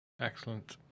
excellent